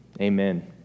Amen